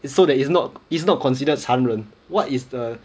it's so that it's not it's not considered 残忍 what is the